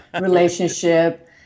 relationship